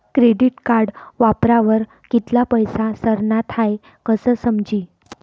credit card वापरावर कित्ला पैसा सरनात हाई कशं समजी